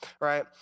right